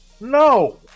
No